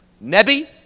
Nebi